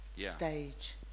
stage